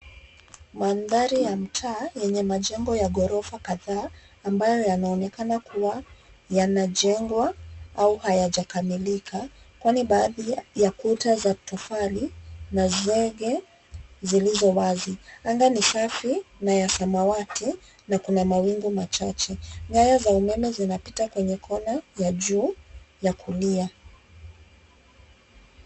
Mandhari ya mtaa yenye majengo ya ghorofa kadhaa ambayo yanaonekana kuwa yanajengwa au hayajakamilika, kwani baadhi ya kuta za tofali na zege zilizo wazi. Anga ni safi na ya samawati na kuna mawingu machache. Nyaya za umeme zinapita kwenye kona ya juu ya kulia.